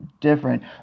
different